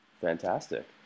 fantastic